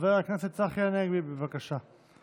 חבר הכנסת צחי הנגבי, בבקשה.